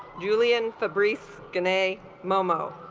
julian fabrice kanay momo